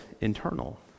internal